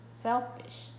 Selfish